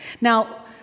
Now